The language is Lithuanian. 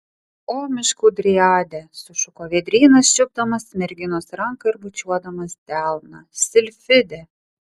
o miškų driade sušuko vėdrynas čiupdamas merginos ranką ir bučiuodamas delną silfide